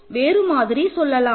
இதையே வேறு மாதிரி சொல்லலாம்